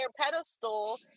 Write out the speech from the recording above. pedestal